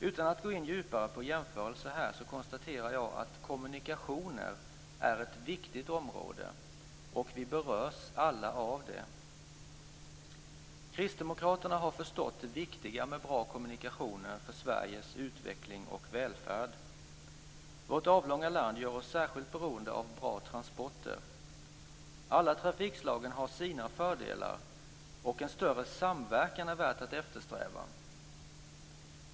Utan att gå in djupare på jämförelser här konstaterar jag att kommunikationer är ett viktigt område, och vi berörs alla av det. Kristdemokraterna har förstått det viktiga med bra kommunikationer för Sveriges utveckling och välfärd. Vårt avlånga land gör oss särskilt beroende av bra transporter. Alla trafikslagen har sina fördelar och en större samverkan är värd att eftersträva.